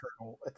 turtle